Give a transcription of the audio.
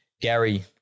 Gary